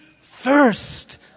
first